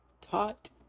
taught